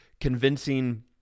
convincing